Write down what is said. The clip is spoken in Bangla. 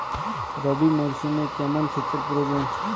রবি মরশুমে কেমন সেচের প্রয়োজন?